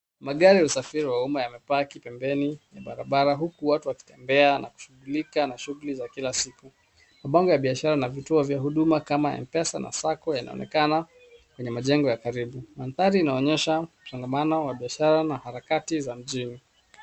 Magari ya usafiri wa umma yamepaki pembeni ya barabara huku watu wakitembea na kushughulika na shughuli za kila siku. Mabango ya biashara na vituo vya umma kama [cs ] M-pesa [cs ] na na [cs ] Sacco [cs ] yanaonekana kwenye majengo ya karibu. Mandhari inaonyesha changamano A biashara na harakati za mjini.